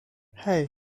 hey